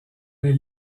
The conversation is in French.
les